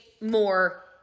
more